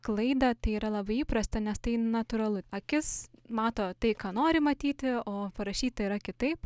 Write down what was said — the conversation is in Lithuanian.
klaidą tai yra labai įprasta nes tai natūralu akis mato tai ką nori matyti o parašyta yra kitaip